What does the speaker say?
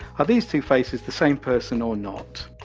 are these two faces the same person or not?